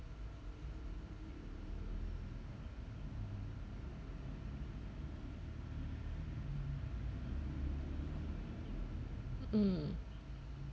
mm